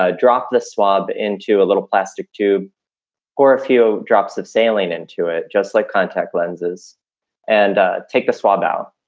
ah drop the swab into a little plastic tube or a few drops of sailing into it, just like contact lenses and ah take the swab out.